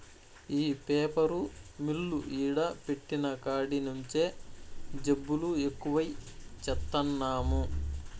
ఈ paper mill ఈడ పెట్టిన కాడి నుంచే జబ్బులు ఎక్కువై చత్తన్నాము